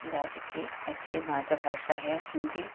राज्य की अच्छी मात्रभाषा है हिन्दी